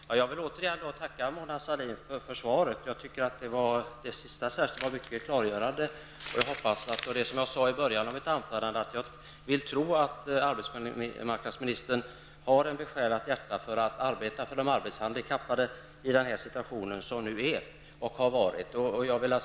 Fru talman! Jag vill återigen tacka Mona Sahlin för svaret. Särskilt det sista var mycket klargörande. Jag vill tro att arbetsmarknadsministern har ett besjälat hjärta när det gäller att arbeta för de arbetshandikappade i den situation som har varit och som nu råder.